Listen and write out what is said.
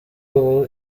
ubu